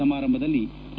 ಸಮಾರಂಭದಲ್ಲಿ ಕೆ